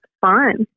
fine